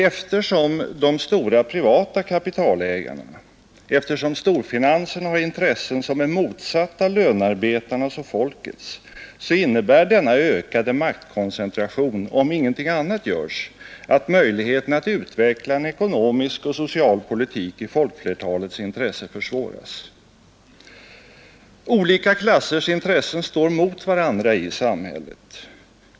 Eftersom de stora privata kapitalägarna och storfinansen har intressen som är motsatta lönearbetarnas och folkets innebär denna ökade maktkoncentration, om ingenting annat görs, att möjligheterna att utveckla en ekonomisk och social politik i folkflertalets intresse försvåras. Olika klassers intressen står mot varandra i samhället.